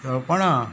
तळपणां